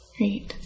Great